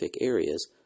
areas